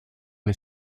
les